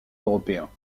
européens